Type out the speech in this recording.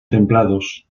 templados